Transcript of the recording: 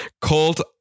Called